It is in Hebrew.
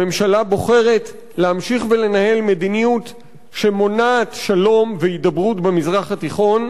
הממשלה בוחרת להמשיך ולנהל מדיניות שמונעת שלום והידברות במזרח התיכון,